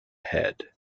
ahead